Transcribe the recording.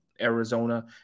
Arizona